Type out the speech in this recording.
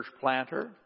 planter